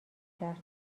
کرد